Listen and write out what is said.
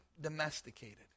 domesticated